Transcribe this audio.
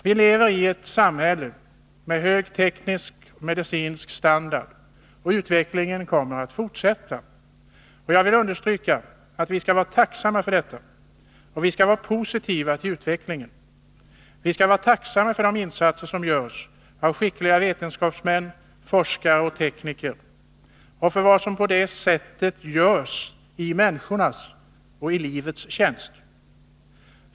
Vi lever i ett samhälle med hög teknisk och medicinsk standard, och utvecklingen kommer att fortsätta. Det skall vi vara tacksamma för, och vi skall vara positiva till utvecklingen. Vi skall vara tacksamma för de insatser som skickliga vetenskapsmän, forskare och tekniker gör i människans och livets tjänst.